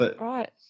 right